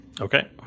Okay